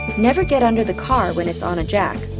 never get under the car when it's on a jack.